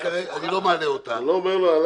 אני לא מעלה אותה כרגע.